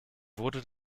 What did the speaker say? wurde